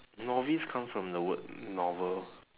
novice come from the word novel